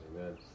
Amen